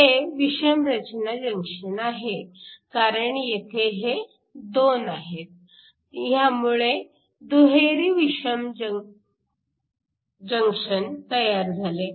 हे विषम रचना जंक्शन आहे कारण येथे हे दोन आहेत ह्यामुळे दुहेरी विषम जंक्शन तयार झाले